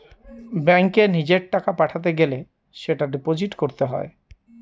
ব্যাঙ্কে নিজের টাকা পাঠাতে গেলে সেটা ডিপোজিট করতে হয়